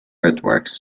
earthworks